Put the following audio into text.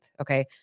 Okay